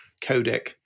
codec